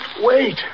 wait